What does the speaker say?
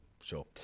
Sure